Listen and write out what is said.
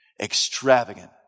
extravagant